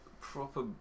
Proper